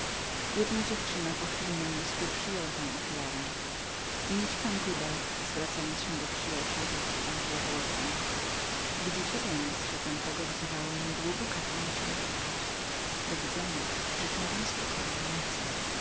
biedna dziewczyna po chwili namysłu przyjęła tę ofiarę tybald zwracając się do przyjaciół rzekł im pół głosem widzicie więc że ten kogo wzywałem nie długo kazał na siebie czekać do widzenia życzę wam spokojnej nocy